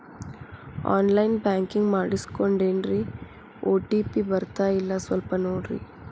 on line banking ಮಾಡಿಸ್ಕೊಂಡೇನ್ರಿ OTP ಬರ್ತಾಯಿಲ್ಲ ಸ್ವಲ್ಪ ನೋಡ್ರಿ